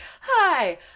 hi